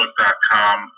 facebook.com